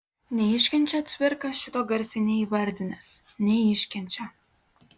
neiškenčia cvirka šito garsiai neįvardinęs neiškenčia